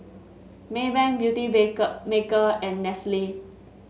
May bank Beauty maker and Nestle